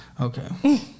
Okay